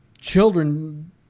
children